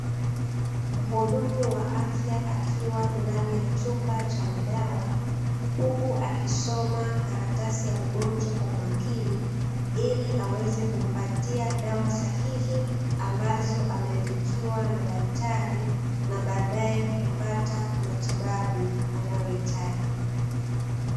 Mhudumu wa afya akiwa ndani ya chumba cha madawa, huku akisoma karatasi ya mgonjwa kwa umakini ili aweze kumpatia dawa sahihi ambazo ameandikiwa na daktari, na baadaye kupata matibabu anayohitaji.